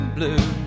Blue